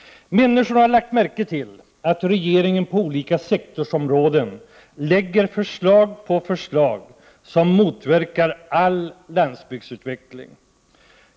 Människorna har lagt märke till att regeringen på olika sektorsområden lägger fram förslag på förslag som motverkar all landsbygdsutveckling.